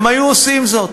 הם היו עושים זאת.